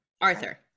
Arthur